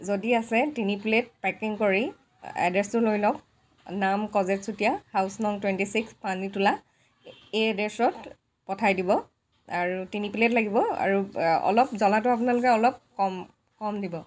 যদি আছে তিনি প্লেট পেকিং কৰি এড্ৰেছটো লৈ লওক নাম কজেক চুতীয়া হাউছ নং টুৱেনটি ছিক্স পানীতোলা এই এড্ৰেছট পঠাই দিব আৰু তিনি প্লেট লাগিব আৰু অলপ জলাটো আপোনালোকে অলপ কম কম দিব